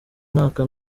mwaka